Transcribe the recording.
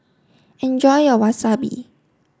enjoy your wasabi